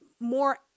more